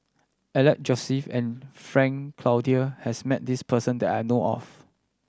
Alex Josey and Frank Cloutier has met this person that I know of